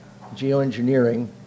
geoengineering